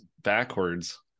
backwards